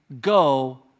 go